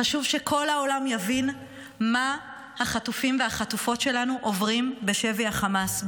חשוב שכל העולם יבין מה החטופים והחטופות שלנו עוברים בשבי החמאס,